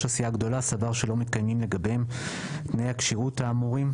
הסיעה הגדולה סבר שלא מתקיימים לגביהם תנאי הכשירות האמורים,